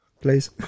Please